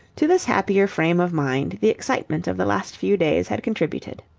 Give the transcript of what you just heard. to this happier frame of mind the excitement of the last few days had contributed.